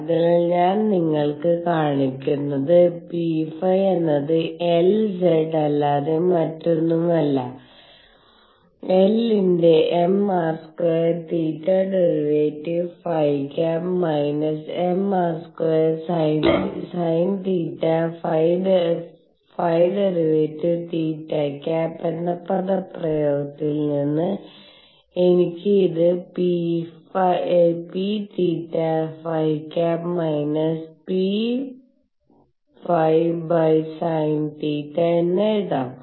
അതിനാൽ ഞാൻ നിങ്ങൾക്ക് കാണിച്ചുതന്നത് pϕ എന്നത് L z അല്ലാതെ മറ്റൊന്നുമല്ല L ന്റെ mr2 θ˙ ϕ −mr2 sinθ ϕ˙ θ എന്ന പദപ്രയോഗത്തിൽ നിന്ന് എനിക്ക് ഇത് pθ ϕ Pᵩsin θ എന്ന് എഴുതാം